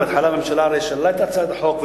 בהתחלה הממשלה שללה את הצעת החוק,